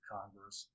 Congress